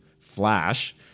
Flash